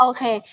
Okay